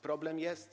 Problem jest?